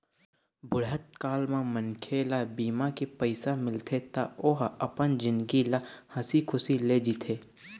बुढ़त काल म मनखे ल बीमा के पइसा मिलथे त ओ ह अपन जिनगी ल हंसी खुसी ले जीथे